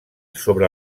sobre